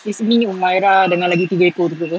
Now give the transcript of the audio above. it's me humairah dengan lagi tiga ekor tu